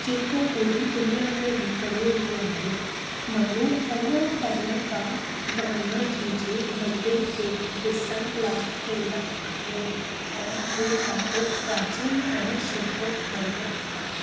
जेको पूरी दुनिया में हिकिड़ो ही आहे माण्हू परियां परियां खां ब्रह्मा जी जे मंदर खे ॾिसण लाइ ईंदा आहिनि ऐं हू ॾाढो प्राचीन ऐं सुठो मंदरु आहे